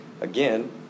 again